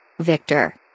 Victor